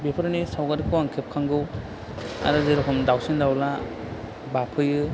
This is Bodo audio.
बेफोरनि सावगारिखौ आं खेबखांगौ आरो जेरेखम दावसिन दावला बाफैयो